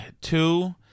two